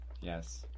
Yes